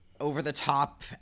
over-the-top